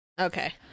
Okay